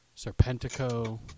Serpentico